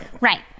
right